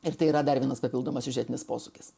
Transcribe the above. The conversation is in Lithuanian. ir tai yra dar vienas papildomas siužetinis posūkis